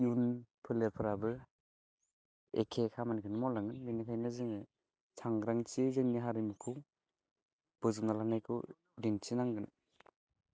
इयुन फोलेरफ्राबो एखे खामानिखौनो मावलांगोन बेनिखायनो जोङो सांग्राथियै जोंनि हारिमुखौ बजबना लानायखौ दिन्थि नांगोन